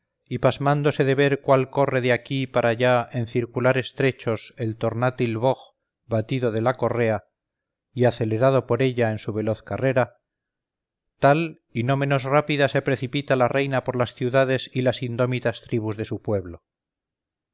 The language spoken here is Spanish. y pasmándose de ver cuál corre de aquí para allá en circulares trechos el tornátil boj batido de la correa y acelerado por ella en su veloz carrera tal y no menos rápida se precipita la reina por las ciudades y las indómitas tribus de su pueblo